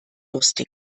lustig